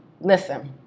Listen